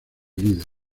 líder